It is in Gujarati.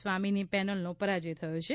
સ્વામીની પેનલનો પરાજય થયો છે